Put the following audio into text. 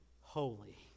holy